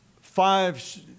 five